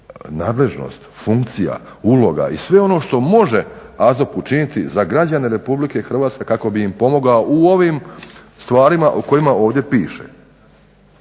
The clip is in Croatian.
nadležnost, funkcija, uloga i sve ono što može AZOP učiniti za građane RH kako bi im pomogao u ovim stvarima o kojima ovdje piše?